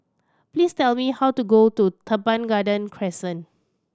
please tell me how to go to Teban Garden Crescent